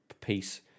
piece